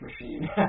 machine